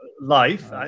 Life